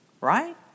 Right